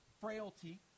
frailty